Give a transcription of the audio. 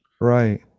right